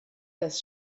das